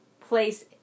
place